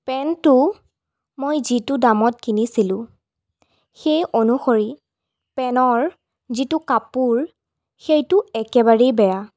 পেন্টটো মই যিটো দামত কিনিছিলোঁ সেই অনুসৰি পেনৰ যিটো কাপোৰ সেইটো একেবাৰেই বেয়া